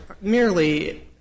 merely